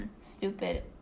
Stupid